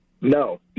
No